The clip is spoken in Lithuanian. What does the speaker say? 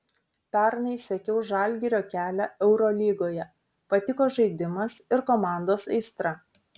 pernai sekiau žalgirio kelią eurolygoje patiko žaidimas ir komandos aistra